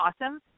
awesome